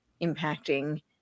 impacting